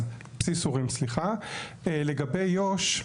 לגבי יו"ש,